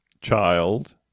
child